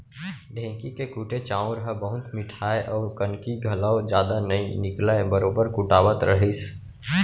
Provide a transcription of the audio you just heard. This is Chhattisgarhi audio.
ढेंकी के कुटे चाँउर ह बहुत मिठाय अउ कनकी घलौ जदा नइ निकलय बरोबर कुटावत रहिस